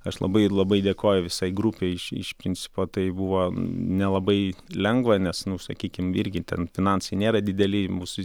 aš labai ir labai dėkoju visai grupei iš iš principo tai buvo nelabai lengva nes nu sakykim irgi ten finansai nėra dideli mūsų